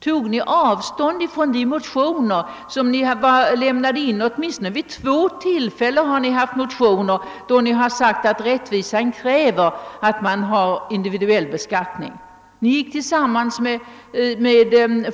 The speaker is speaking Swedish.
Tog ni avstånd från de motioner som då lämnades in, åtminstone vid två tillfällen, och där det hette att rättvisan kräver att det skall vara individuell beskattning? Ni gick tillsammans med